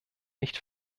nicht